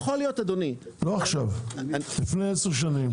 לא עכשיו לפני עשר שנים.